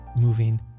moving